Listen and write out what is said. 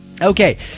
okay